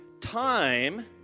Time